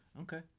Okay